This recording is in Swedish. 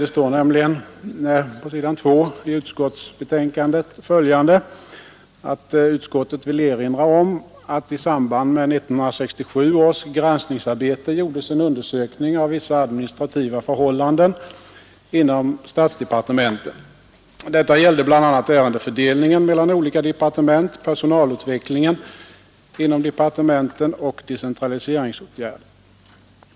Det står nämligen på s. 2 i utskottsbetänkandet: ”Utskottet vill erinra om att i samband med 1967 års gransknings Ming m.m. arbete gjordes en undersökning av vissa administrativa förhållanden inom statsdepartementen. Denna gällde bl.a. ärendefördelningen mellan olika Årets granskningsdepartement, personalutvecklingen inom departementen och decentrali = arbete seringsåtgärder.